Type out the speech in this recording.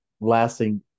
lasting